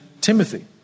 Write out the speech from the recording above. Timothy